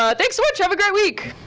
ah thanks so much, have a great week.